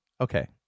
Okay